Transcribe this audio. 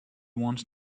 want